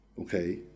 okay